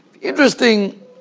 Interesting